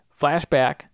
Flashback